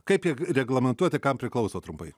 kaip jie reglamentuoti kam priklauso trumpai